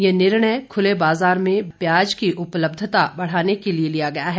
यह निर्णय खुले बाजार में प्याज की उपलब्धता बढ़ाने के लिए लिया गया है